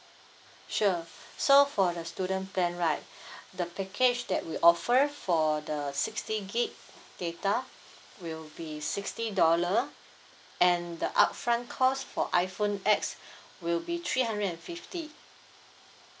sure so for the student plan right the package that we offer for the sixty gig data will be sixty dollar and the upfront cost for iphone X will be three hundred and fifty